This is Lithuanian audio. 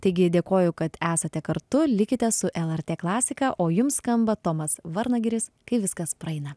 taigi dėkoju kad esate kartu likite su lrt klasika o jums skamba tomas varnagiris kai viskas praeina